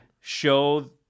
show